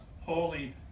holy